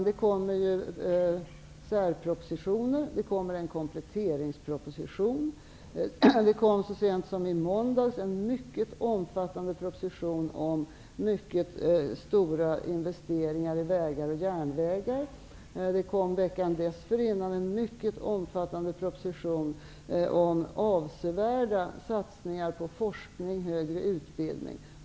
Det kommer särpropositioner. Det kommer en kompletteringsproposition. Det kom så sent som i måndags en mycket omfattande proposition om mycket stora investeringar i vägar och järnvägar. Det kom veckan dessförinnnan en mycket omfattande proposition om avsevärda satsningar på forskning och högre utbildning.